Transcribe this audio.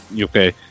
okay